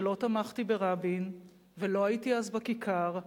שלא תמכתי ברבין ולא הייתי אז בכיכר,